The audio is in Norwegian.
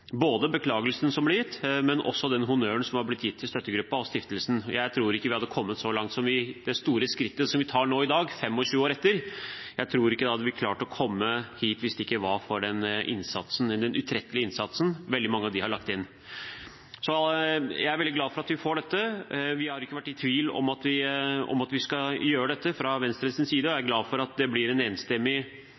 både beklagelsen som ble gitt, og også den honnøren som har blitt gitt til støttegruppen og stiftelsen. Jeg tror ikke vi hadde kommet så langt som det store skrittet vi tar nå i dag, 25 år etter, jeg tror ikke vi hadde klart å komme hit, hvis det ikke hadde vært for den utrettelige innsatsen veldig mange av disse har lagt inn. Så jeg er veldig glad for at vi får til dette. Vi har ikke fra Venstres side vært i tvil om at vi skal gjøre dette, og jeg er glad for at det blir et enstemmig